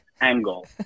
angle